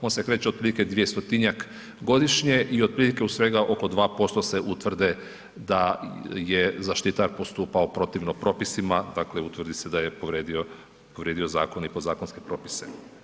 On se kreće otprilike 200-tinjak godišnje i otprilike u svega oko 2% se utvrde da je zaštitar postupao protivno propisima, dakle, utvrdi se da je povrijedio zakon i zakonske propise.